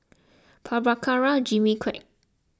Prabhakara Jimmy Quek